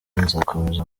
nzakomeza